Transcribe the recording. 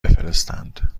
بفرستند